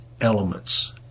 elements